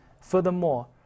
Furthermore